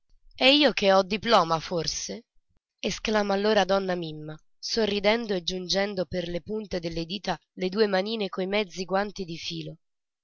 e io che ho diploma forse esclama allora donna mimma sorridendo e giungendo per le punte delle dita le due manine coi mezzi guanti di filo